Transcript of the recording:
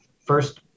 first